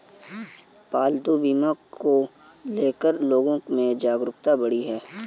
पालतू बीमा को ले कर लोगो में जागरूकता बढ़ी है